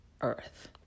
earth